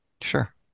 Sure